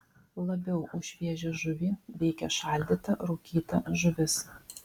labiau už šviežią žuvį veikia šaldyta rūkyta žuvis